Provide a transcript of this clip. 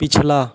पिछला